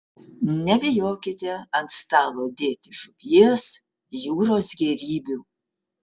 nebijokite ant stalo dėti žuvies jūros gėrybių